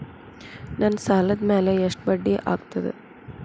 ನನ್ನ ಸಾಲದ್ ಮ್ಯಾಲೆ ಎಷ್ಟ ಬಡ್ಡಿ ಆಗ್ತದ?